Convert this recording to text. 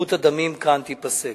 ששפיכות הדמים כאן תיפסק.